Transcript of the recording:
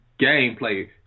gameplay